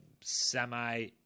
semi